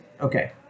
Okay